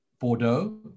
Bordeaux